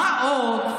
מה עוד,